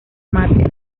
máter